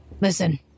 Listen